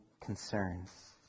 concerns